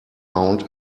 found